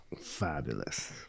Fabulous